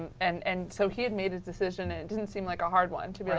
and and so he had made a decision and it didn't seem like a hard one. no.